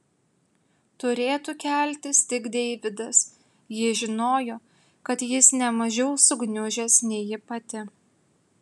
turėtų keltis tik deividas ji žinojo kad jis ne mažiau sugniužęs nei ji pati